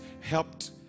helped